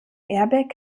airbag